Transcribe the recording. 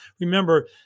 Remember